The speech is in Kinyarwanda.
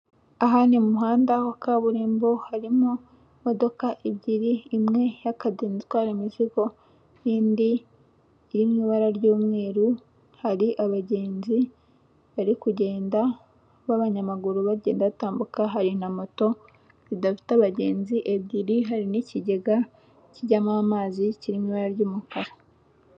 Aha ni muhanda ho kaburimbo harimo modoka ebyiri imwe y'akademintwara imizigo n'indi iri mu ibara ry'umweru hari abagenzi bari kugenda b'abanyamaguru, bagenda batambuka hari na moto zidafite abagenzi ebyiri hari n'ikigega kijyamo amazi kirimo ibara ry'umukara.